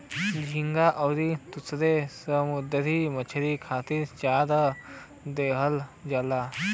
झींगा आउर दुसर समुंदरी मछरी खातिर चारा दिहल जाला